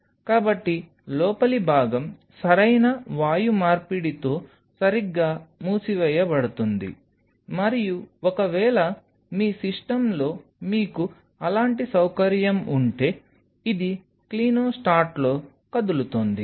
కాబట్టి లోపలి భాగం సరైన వాయు మార్పిడితో సరిగ్గా మూసివేయబడుతుంది మరియు ఒకవేళ మీ సిస్టమ్లో మీకు అలాంటి సౌకర్యం ఉంటే ఈది క్లినోస్టాట్లో కదులుతోంది